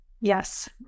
Yes